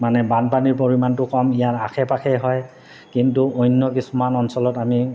মানে বানপানীৰ পৰিমাণটো কম ইয়াৰ আশে পাশে হয় কিন্তু অন্য কিছুমান অঞ্চলত আমি